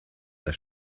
das